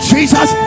Jesus